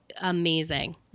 amazing